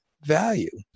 value